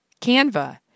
Canva